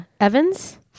Evans